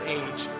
age